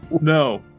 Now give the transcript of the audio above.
No